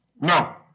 no